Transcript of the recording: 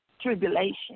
tribulation